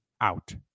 out